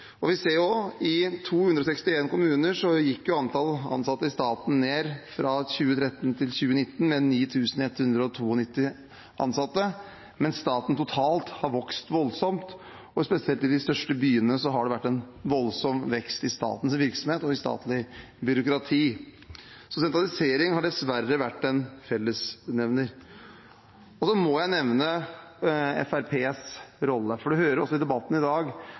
Vi ser også at i 261 kommuner gikk antall ansatte i staten ned fra 2013 til 2019, med 9 192 ansatte, mens staten totalt har vokst voldsomt, og spesielt i de største byene har det vært en voldsom vekst i statens virksomhet og i statlig byråkrati. Så sentralisering har dessverre vært en fellesnevner. Så må jeg nevne Fremskrittspartiets rolle, for vi hører også i debatten i dag